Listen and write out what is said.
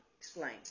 Explain